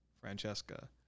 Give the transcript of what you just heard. Francesca